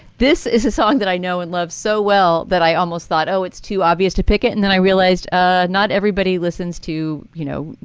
this is a song that i know and love so well that i almost thought, oh, it's too obvious to pick it. and then i realized ah not everybody listens to, you know,